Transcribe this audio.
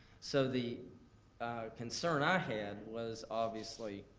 so the concern i had was obviously,